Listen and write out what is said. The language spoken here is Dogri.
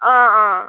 हां हां